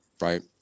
Right